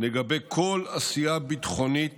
נגבה כל עשייה ביטחונית